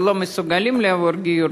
ולא מסוגלים לעבור גיור,